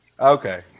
Okay